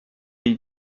die